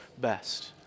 best